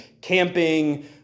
camping